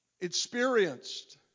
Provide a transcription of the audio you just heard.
experienced